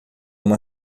uma